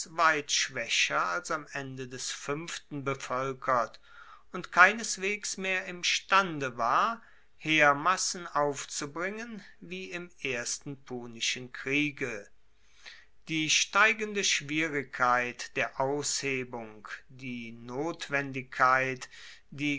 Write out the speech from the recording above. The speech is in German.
weit schwaecher als am ende des fuenften bevoelkert und keineswegs mehr imstande war heermassen aufzubringen wie im ersten punischen kriege die steigende schwierigkeit der aushebung die notwendigkeit die